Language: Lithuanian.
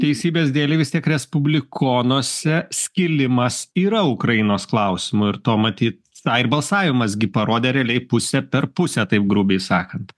teisybės dėlei vis tiek respublikonuose skilimas yra ukrainos klausimu ir to matyt tą ir balsavimas gi parodė realiai pusė per pusę taip grubiai sakant